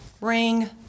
ring